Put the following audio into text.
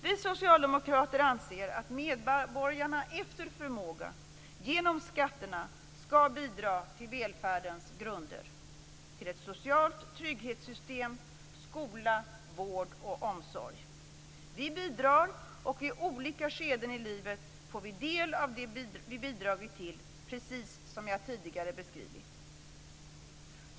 Vi socialdemokrater anser att medborgarna efter förmåga, genom skatterna, skall bidra till välfärdens grunder, till ett socialt trygghetssystem, skola, vård och omsorg. Vi bidrar, och i olika skeden i livet får vi del av det vi bidragit till, precis som jag tidigare beskrivit.